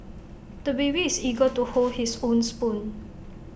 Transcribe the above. the baby is eager to hold his own spoon